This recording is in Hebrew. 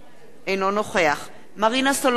אינו נוכח מרינה סולודקין,